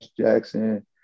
Jackson